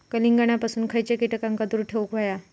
कलिंगडापासून खयच्या कीटकांका दूर ठेवूक व्हया?